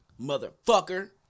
Motherfucker